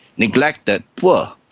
neglected, poor,